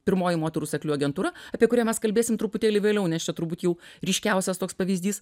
pirmoji moterų seklių agentūra apie kurią mes kalbėsim truputėlį vėliau nes čia turbūt jau ryškiausias toks pavyzdys